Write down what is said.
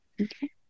Okay